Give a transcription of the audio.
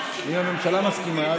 אם הממשלה מסכימה,